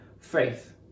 faith